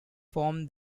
form